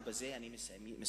ובזה אני מסיים,